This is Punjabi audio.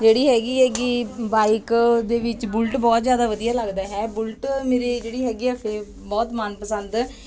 ਜਿਹੜੀ ਹੈਗੀ ਹੈਗੀ ਬਾਈਕ ਦੇ ਵਿੱਚ ਬੁਲਟ ਬਹੁਤ ਜ਼ਿਆਦਾ ਵਧੀਆ ਲੱਗਦਾ ਹੈ ਬੁਲਟ ਮੇਰੇ ਜਿਹੜੀ ਹੈਗੀ ਆ ਫੇਵ ਬਹੁਤ ਮਨ ਪਸੰਦ